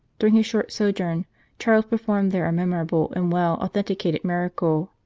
during his short sojourn charles performed there a memorable and well authenticated miracle.